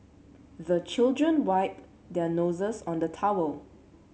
the children wipe their noses on the towel